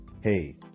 Hey